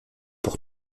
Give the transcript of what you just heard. pour